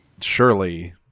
surely